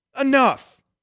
Enough